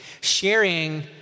sharing